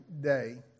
day